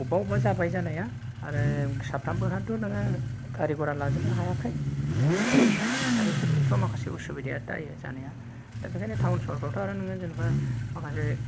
अबेबा अबेबा जाबाय जानाया आरो साफ्रोमबोहाथ' नोङो गारि गरा लाजोबनो हायाखै दा बेफोर खेत्र'आव माखासे असुबिदाया जायो जानाया दा बेनिखायनो टाउन सहरफ्रावथ' आरो नोङो जेनेबा माखासे